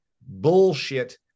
bullshit